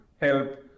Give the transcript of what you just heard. help